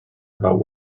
about